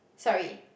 sorry